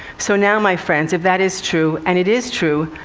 so now, my friends, if that is true, and it is true,